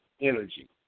energy